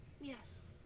Yes